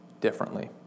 differently